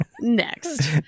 next